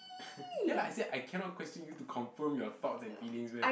ya lah I say I cannot question you to confirm your thoughts and feelings meh